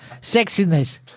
sexiness